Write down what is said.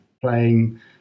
playing